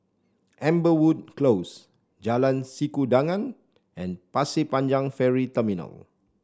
Amberwood Close Jalan Sikudangan and Pasir Panjang Ferry Terminal